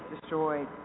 destroyed